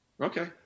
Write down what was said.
Okay